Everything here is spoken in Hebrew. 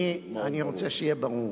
אני רוצה שיהיה ברור.